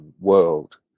world